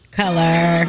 color